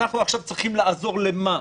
אנחנו עכשיו צריכים לעזור לְמָה?